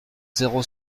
zéro